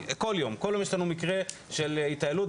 בכל יום יש לנו מקרה של התעללות,